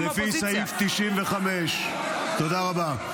-- מהצעת החוק לפי סעיף 95. תודה רבה.